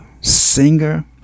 singer